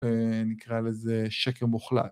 נקרא לזה שקר מוחלט.